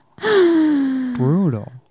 brutal